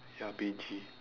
ya beigey